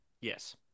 Yes